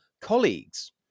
colleagues